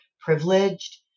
privileged